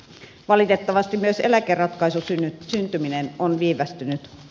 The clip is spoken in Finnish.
valitettavasti myös eläkeratkaisun syntyminen on viivästynyt